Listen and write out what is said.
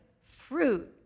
Fruit